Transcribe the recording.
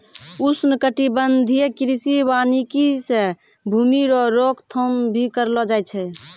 उष्णकटिबंधीय कृषि वानिकी से भूमी रो रोक थाम भी करलो जाय छै